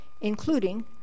including